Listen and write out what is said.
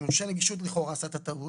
מורשה הנגישות לכאורה עשה את הטעות,